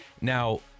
Now